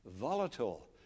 volatile